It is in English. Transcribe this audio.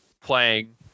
playing